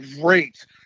great